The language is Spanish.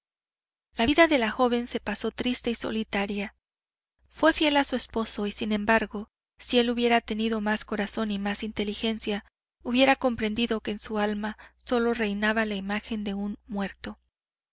la vida de la joven se pasó triste y solitaria fue fiel a su esposo y sin embargo si él hubiera tenido más corazón y más inteligencia hubiera comprendido que en su alma solo reinaba la imagen de un muerto